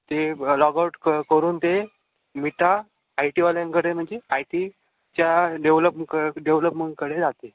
ते log out क करून ते मिटा आय टीवाल्यांकडे म्हणजे आय टीच्या डेव्हलप क डेव्हलपमेंटकडे जाते